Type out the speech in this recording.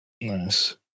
Nice